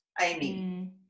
Amy